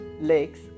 lakes